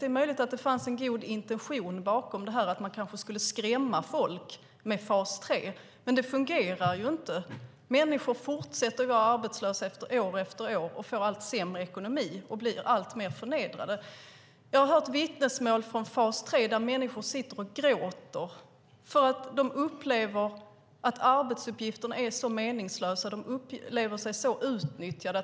Det är möjligt att det fanns en god intention bakom det här, att man kanske skulle skrämma folk med fas 3, men det fungerar inte. Människor fortsätter att vara arbetslösa år efter år och får allt sämre ekonomi och blir alltmer förnedrade. Jag har hört vittnesmål från fas 3 om att människor sitter och gråter för att de upplever att arbetsuppgifterna är så meningslösa. De upplever sig utnyttjade.